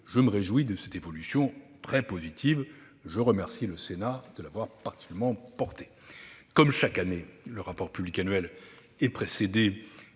Je me réjouis de cette évolution très positive et je remercie le Sénat de l'avoir particulièrement portée. Comme chaque année, le rapport public annuel est précédé